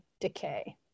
decay